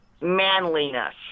manliness